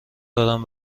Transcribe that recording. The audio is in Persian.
دارم